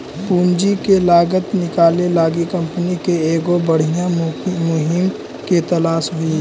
पूंजी के लागत निकाले लागी कंपनी के एगो बधियाँ मुनीम के तलास हई